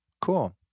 Cool